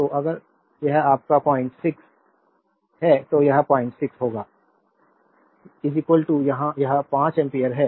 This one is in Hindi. तो अगर यह आपका 06 I है तो यह 06 I होगा I यहाँ यह 5 एम्पीयर है